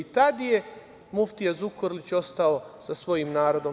I tad je muftija Zukorlić ostao sa svojim narodom.